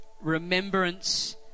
remembrance